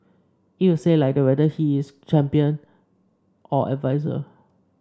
it will stay like that whether he is or adviser